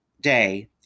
day